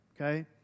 Okay